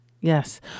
yes